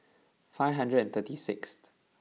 five hundred and thirty sixth